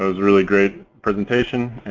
really great presentation